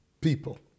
people